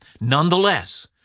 Nonetheless